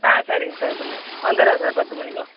ஆ சரிங்க சார் பின்னே வந்துவிடுறேன் சார் பத்து மணிக்கெலாம்